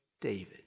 David